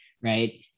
right